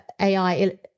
AI